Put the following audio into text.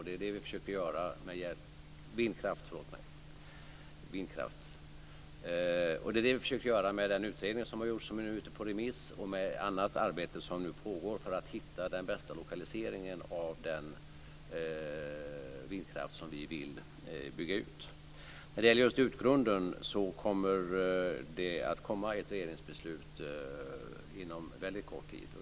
Det är det vi försöker göra med hjälp av den utredning som har gjorts och som nu är ute på remiss och med annat arbete som nu pågår för att hitta den bästa lokaliseringen av den vindkraft som vi vill bygga ut. När det gäller just Utgrunden kommer det att komma ett regeringsbeslut inom väldigt kort tid.